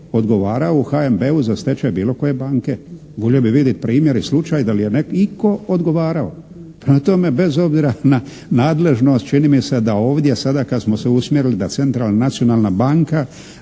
odgovarao u HNB-u za stečaj bilo koje banke? Volio bih vidjeti primjer i slučaj da li je itko odgovarao. Prema tome, bez obzira na nadležnost čini mi se da ovdje sada kada smo se usmjerili da centralna nacionalna banka